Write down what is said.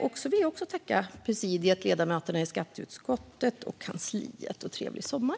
Jag vill också tacka presidiet, ledamöterna i skatteutskottet och kansliet samt önska trevlig sommar.